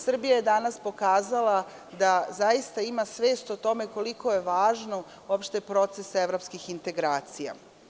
Srbija je danas pokazala da zaista ima svest o tome koliko je važan proces evropskih integracija.